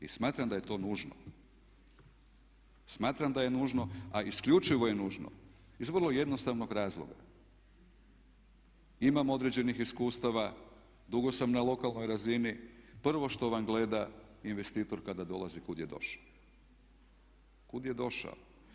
I smatram da je to nužno, smatram da je nužno a isključivo je nužno iz vrlo jednostavnog razloga imam određenih iskustava, dugo sam na lokalnoj razini, prvo što vam gleda investitor kada dolazi kud je došao, kud je došao.